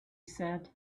said